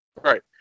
right